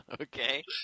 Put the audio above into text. Okay